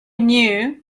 knew